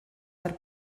per